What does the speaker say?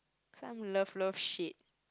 some love love shape